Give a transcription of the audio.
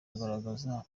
agaragara